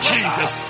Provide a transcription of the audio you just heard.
Jesus